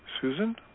Susan